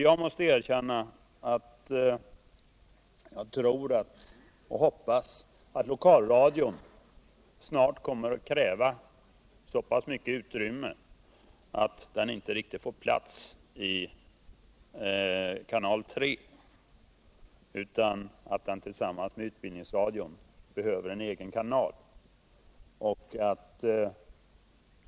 Jag tror och hoppas nämligen att lokalradion snart kommer att kräva så pass mycket utrymme att den inte riktigt får plats i kanal 3 utan att den tillsammans med utbildningsradion behöver en egen kanal.